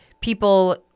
people